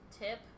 tip